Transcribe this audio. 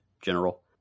general